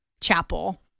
chapel